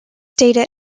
data